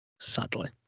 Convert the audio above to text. Sadly